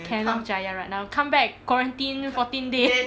kenneth jeyaratnam come back quarantine fourteen day